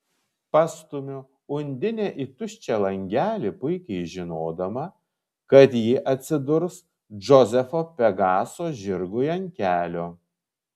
pastumiu undinę į tuščią langelį puikiai žinodama kad ji atsidurs džozefo pegaso žirgui ant kelio